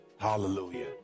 Hallelujah